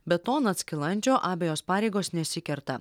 be to skilandžio abejos pareigos nesikerta